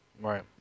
right